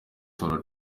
tora